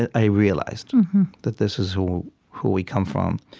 ah i realized that this is who who we come from.